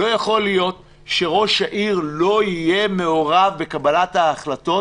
לא יכול להיות שראש העיר לא יהיה מעורב בקבלת ההחלטות